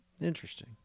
Interesting